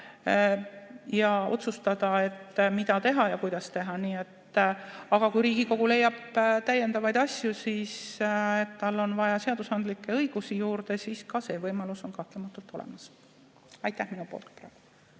ja otsustada, mida teha ja kuidas teha. Aga kui Riigikogu leiab täiendavalt, et tal on vaja seadusandlikke õigusi juurde, siis ka see võimalus on kahtlematult olemas. Aitäh minu poolt!